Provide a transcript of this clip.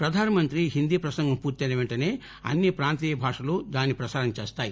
ప్రధానమంత్రి హిందీ ప్రసంగం పూర్తయిన వెంటసే అన్ని ప్రాంతీయ భాషలు ప్రసారం చేస్తాయి